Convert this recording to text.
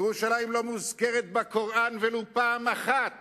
ירושלים לא מוזכרת בקוראן ולו פעם אחת